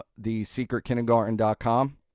TheSecretKindergarten.com